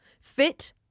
Fit